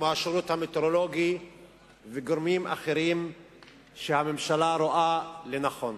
כמו השירות המטאורולוגי וגורמים אחרים שהממשלה רואה לנכון.